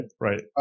Right